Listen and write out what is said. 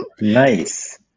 Nice